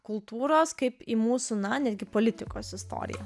kultūros kaip į mūsų na netgi politikos istoriją